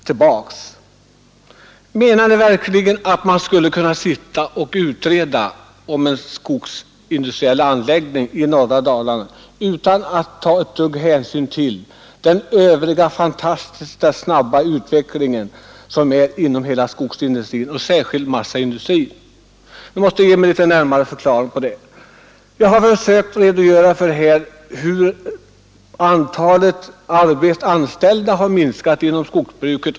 Menar ni verkligen att vi skulle kunna utreda förutsättningarna för en skogsindustriell anläggning i norra Dalarna utan att ta hänsyn till den fantastiskt snabba utvecklingen inom hela skogsindustrin och särskilt inom massaindustrin? Ni måste ge mig en närmare förklaring. Jag har redogjort för hur antalet anställda har minskat inom skogsbruket.